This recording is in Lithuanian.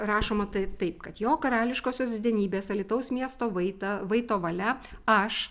rašoma tai taip kad jo karališkosios didenybės alytaus miesto vaitą vaito valia aš